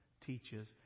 teaches